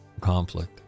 conflict